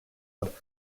but